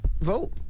vote